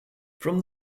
from